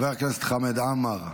חבר הכנסת חמד עמאר,